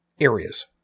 areas